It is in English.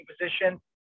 position